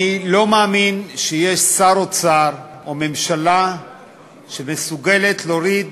אני לא מאמין שיש שר אוצר או ממשלה שמסוגלים להוריד